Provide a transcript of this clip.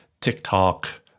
TikTok